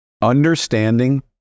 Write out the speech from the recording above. understanding